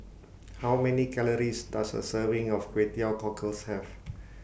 How Many Calories Does A Serving of Kway Teow Cockles Have